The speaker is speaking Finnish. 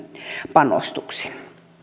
panostuksin